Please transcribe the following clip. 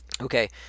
Okay